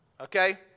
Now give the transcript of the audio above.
Okay